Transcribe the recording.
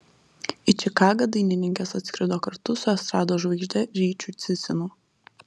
į čikagą dainininkės atskrido kartu su estrados žvaigžde ryčiu cicinu